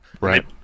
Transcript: right